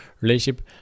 relationship